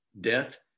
death